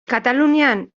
katalunian